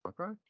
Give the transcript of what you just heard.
Okay